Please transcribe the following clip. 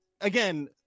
again